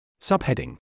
Subheading